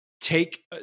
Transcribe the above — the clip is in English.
take